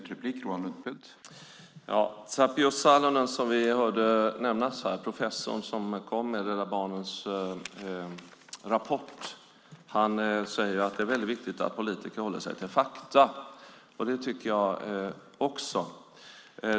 Herr talman! Tapio Salonen, som vi hörde nämnas här, är den professor som kom med Rädda Barnens rapport. Han säger att det är viktigt att politiker håller sig till fakta. Det tycker jag också.